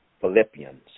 Philippians